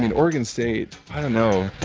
and oregon state i don't know.